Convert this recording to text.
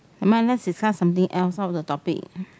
never mind let's discuss something else out of the topic